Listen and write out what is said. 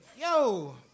yo